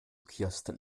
kirsten